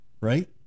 Right